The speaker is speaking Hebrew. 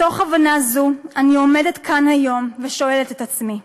מתוך הבנה זו אני עומדת כאן היום ושואלת את עצמי: